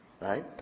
Right